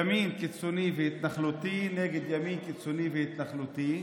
ימין קיצוני והתנחלותי נגד ימין קיצוני והתנחלותי,